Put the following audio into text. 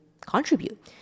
contribute